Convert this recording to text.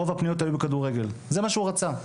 רוב הפניות היו בכדורגל, זה מה שהילד רצה.